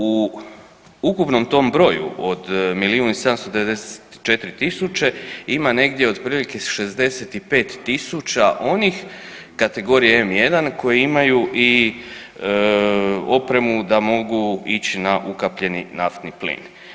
U ukupnom tom broju od milijun i 794 tisuće ima negdje otprilike 65.000 onih kategorije M1 koji imaju i opremu da mogući ići na ukapljeni naftni plin.